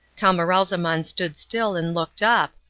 camaralzaman stood still and looked up,